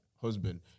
husband